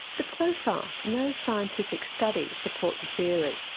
but so far no scientific studies support the theory.